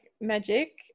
magic